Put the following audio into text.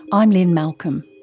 i'm lynne malcolm.